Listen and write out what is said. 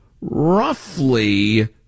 roughly